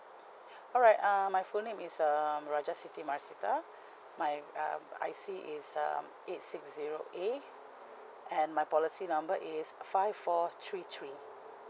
alright err my full name is um raja siti masita my um I_C is um eight six zero A and my policy number is five four three three